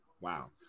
Wow